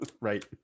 Right